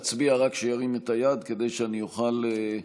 ההצעה להעביר את הצעת חוק הביטוח הלאומי (תיקון מס' 218)